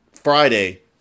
Friday